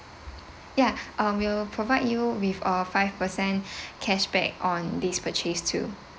ya uh will provide you with a five percent cashback on this purchased too